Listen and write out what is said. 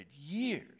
years